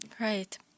Right